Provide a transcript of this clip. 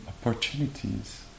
opportunities